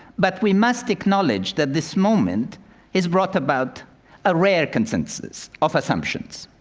but we must acknowledge that this moment has brought about a rare consensus of assumptions.